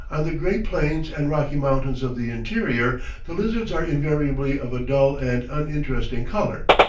on the gray plains and rocky mountains of the interior the lizards are invariably of a dull and uninteresting color,